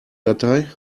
datei